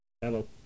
Hello